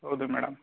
ಹೌದು ಮೇಡಮ್